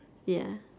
ya